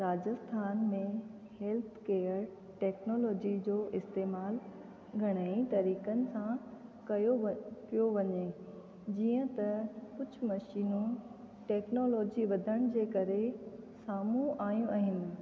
राजस्थान में health care technology जो इस्तेमालु घणेई तरीक़नि सां कयो व कयो वञे जीअं त कुझु मशीनू टैक्नोलॉजी वधण जे करे साम्हूं आहियूं आहिनि